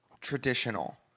traditional